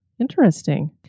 Interesting